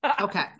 Okay